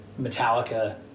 Metallica